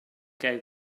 gave